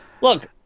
Look